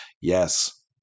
yes